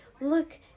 Look